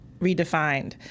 redefined